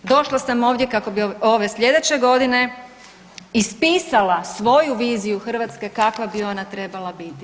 Došla sam ovdje kako bi ove sljedeće godine ispisala svoju viziju Hrvatske kakva bi ona trebala biti.